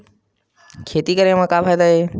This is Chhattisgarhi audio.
खेती करे म का फ़ायदा हे?